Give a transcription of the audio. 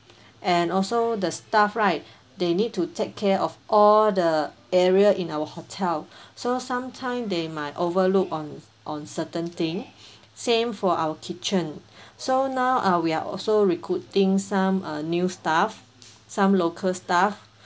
and also the staff right they need to take care of all the area in our hotel so sometime they might overlook on on certain thing same for our kitchen so now err we are also recruiting some uh new staff some local staff